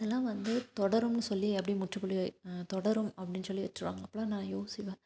அதெல்லாம் வந்து தொடரும்னு சொல்லி அப்படியே முற்றுப்புள்ளி தொடரும் அப்படின்னு சொல்லி வச்சுடுவாங்க அப்போலாம் நான் யோசிப்பேன்